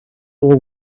will